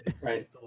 Right